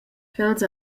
ch’els